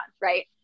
right